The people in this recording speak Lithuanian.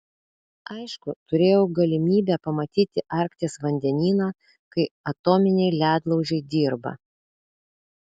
aišku turėjau galimybę pamatyti arkties vandenyną kai atominiai ledlaužiai dirba